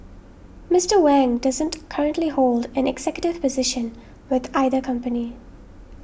Mister Wang doesn't currently hold an executive position with either company